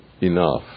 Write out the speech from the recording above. enough